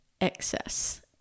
excess